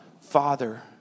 Father